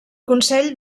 consell